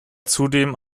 zudem